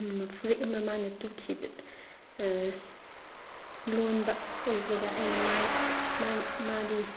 ꯐꯨꯔꯤꯠ ꯑꯃ ꯃꯥꯅ ꯇꯨꯈꯤ ꯂꯣꯟꯕ ꯎꯕꯗ ꯑꯩꯅ ꯃꯥꯏ ꯃꯥꯗꯤ